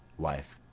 wife.